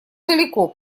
далеко